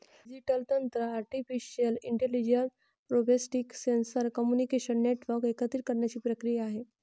digital तंत्र artificial intelligence, robotics, sensor, communication network एकत्रित करण्याची प्रक्रिया आहे